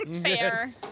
Fair